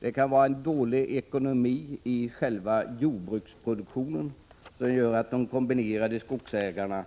Det kan röra sig om en dålig ekonomi i själva jordbruksproduktionen, vilket gör att kombinationsskogsägarna